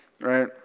right